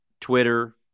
Twitter